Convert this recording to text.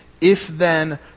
if-then